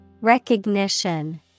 Recognition